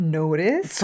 notice